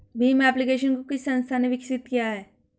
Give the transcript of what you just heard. Bhim application को किस संस्था ने विकसित किया है?